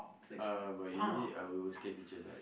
uh but usually I we will scare teachers right